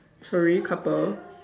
sorry couple